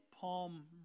palm